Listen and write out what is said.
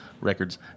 records